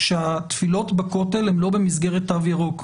שהתפילות בכותל הן לא במסגרת תו ירוק,